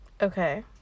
Okay